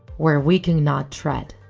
were we cannot tread.